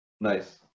Nice